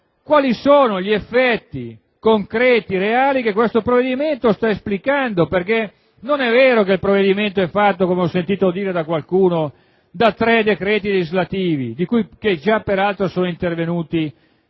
Quali sono gli effetti concreti e reali che questo provvedimento sta esplicando? Non è vero che il provvedimento è fatto, come ho sentito sostenere da qualcuno, da tre decreti legislativi che già, peraltro, sono intervenuti